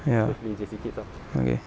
ya okay